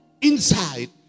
inside